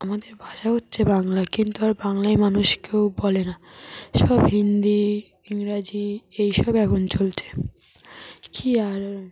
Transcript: আমাদের ভাষা হচ্ছে বাংলা কিন্তু আর বাংলায় মানুষ কেউ বলে না সব হিন্দি ইংরাজি এইসব এখন চলছে কী আর